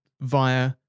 via